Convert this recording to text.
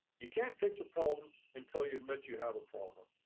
you can't fix a problem until you admit you have a problem,